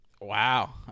Wow